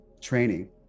training